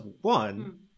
one